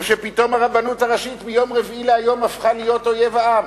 או שפתאום הרבנות הראשית מיום רביעי להיום הפכה להיות אויב העם?